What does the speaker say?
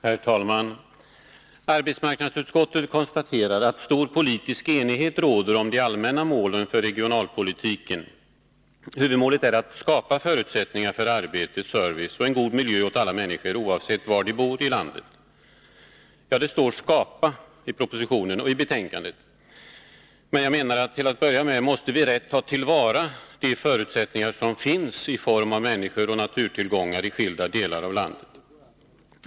Herr talman! Arbetsmarknadsutskottet konstaterar att stor politisk enighet råder om de allmänna målen för regionalpolitiken. Huvudmålet är att skapa förutsättningar för arbete, service och en god miljö åt alla människor, oavsett var de bor i landet. Det står ”skapa” i propositionen och i betänkandet. Men till att börja med måste vi rätt ta till vara de förutsättningar som finns i form av människor och naturtillgångar i skilda delar av landet.